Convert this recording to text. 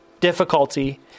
difficulty